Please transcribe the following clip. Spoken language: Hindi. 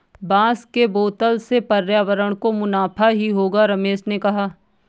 बांस के बोतल से पर्यावरण को मुनाफा ही होगा रमेश ने कहा